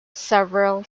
several